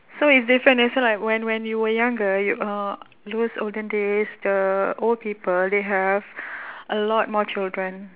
so it's different that's why like when when you were younger you uh those olden days the old people they have a lot more children